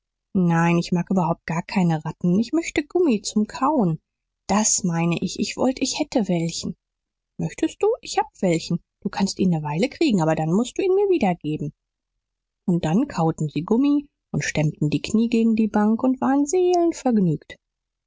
nein ich mag überhaupt gar keine ratten ich möchte gummi zum kauen das mein ich ich wollt ich hätt welchen möchtest du ich hab welchen du kannst ihn ne weile kriegen aber dann mußt du ihn mir wiedergeben und dann kauten sie gummi und stemmten die knie gegen die bank und waren seelenvergnügt